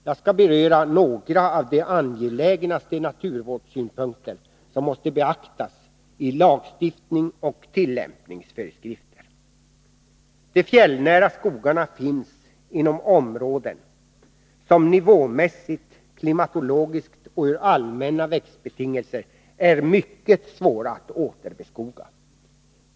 Jag skall beröra några av de mest angelägna naturvårdssynpunkterna, som måste beaktas i lagstiftning och tillämpningsföreskrifter. De fjällnära skogarna finns inom områden som nivåmässigt, klimatologiskt och med hänsyn till allmänna växtbetingelser är mycket svåra att återbeskoga.